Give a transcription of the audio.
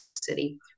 City